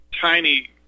tiny